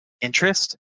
interest